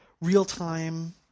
real-time